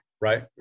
right